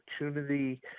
opportunity